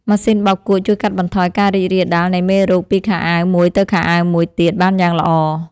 ម៉ាស៊ីនបោកគក់ជួយកាត់បន្ថយការរីករាលដាលនៃមេរោគពីខោអាវមួយទៅខោអាវមួយទៀតបានយ៉ាងល្អ។